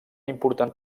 important